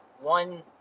one